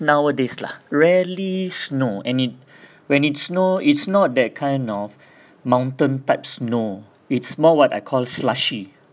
nowadays lah rarely snow and it when it snow it's not that kind of mountain type snow it's more what I call slushy